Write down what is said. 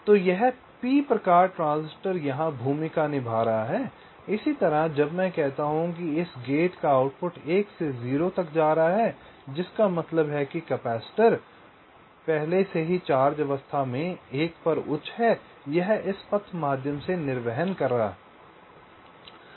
तो यह p प्रकार ट्रांजिस्टर यहां भूमिका निभा रहा है और इसी तरह जब मैं कहता हूं कि इस गेट का आउटपुट 1 से 0 तक जा रहा है जिसका मतलब है कि संधारित्र पहले से ही चार्ज अवस्था में 1 उच्च है यह इसके पथ माध्यम से निर्वहन कर रहा है